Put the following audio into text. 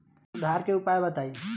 सुधार के उपाय बताई?